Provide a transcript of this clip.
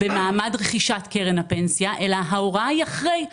במעמד רכישת קרן הפנסיה אלא ההוראה היא אחרי,